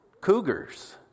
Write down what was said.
cougars